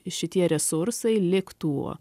šitie resursai liktų